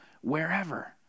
wherever